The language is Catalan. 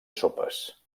sopes